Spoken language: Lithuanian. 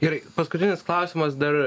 gerai paskutinis klausimas dar